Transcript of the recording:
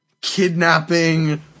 kidnapping